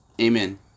Amen